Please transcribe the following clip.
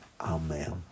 Amen